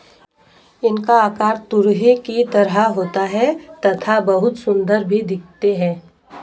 इनका आकार तुरही की तरह होता है तथा बहुत सुंदर भी दिखते है